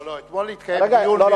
לא, לא, אתמול התקיים דיון ביוזמתכם.